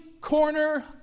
corner